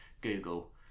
google